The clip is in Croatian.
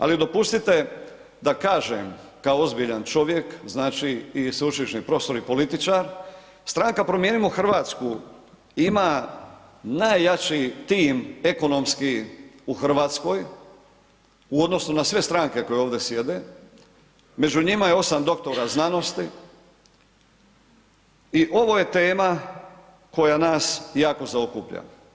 Ali dopustite da kažem kao ozbiljan čovjek, znači i sveučilišni profesor i političar Stranka Promijenimo Hrvatsku ima najjači tim ekonomski u Hrvatskoj u odnosu na sve stranke koje ovdje sjede, među njima je 8 doktora znanosti i ovo je tema koja nas jako zaokuplja.